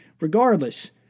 Regardless